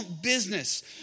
business